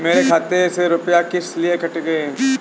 मेरे खाते से रुपय किस लिए काटे गए हैं?